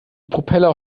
propeller